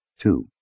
Two